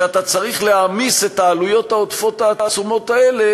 שאתה צריך להעמיס את העלויות העודפות העצומות האלה